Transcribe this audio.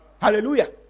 hallelujah